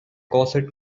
corset